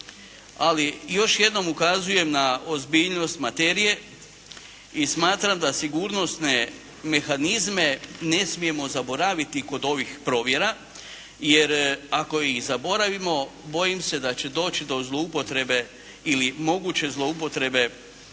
ali još jednom ukazujem na ozbiljnost materije i smatram da sigurnosne mehanizme ne smijemo zaboraviti kod ovih provjera. Jer, ako ih zaboravimo bojim se da će doći do zloupotrebe ili moguće zloupotrebe